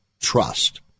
trust